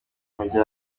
abarasta